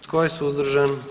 Tko je suzdržan?